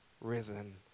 risen